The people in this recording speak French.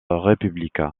république